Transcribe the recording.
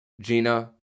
Gina